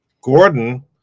Gordon